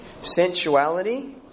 sensuality